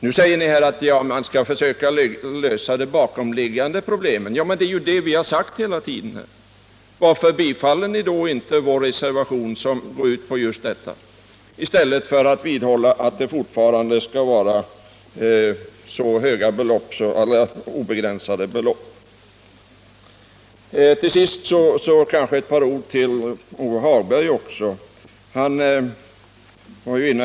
Nu säger Pär Granstedt att man skall lösa de bakomliggande problemen. Det är ju det vi har sagt hela tiden, Varför biträder ni då inte vår reservation, som går ut på just detta, i stället för att vidhålla att det fortfarande skall vara obegränsade belopp? Till sist ett par ord till Lars-Ove Hagberg.